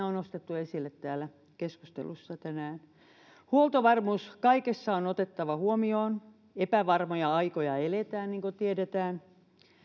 on nostettu esille täällä keskustelussa tänään huoltovarmuus kaikessa on otettava huomioon epävarmoja aikoja eletään niin kuin tiedetään